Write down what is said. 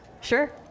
sure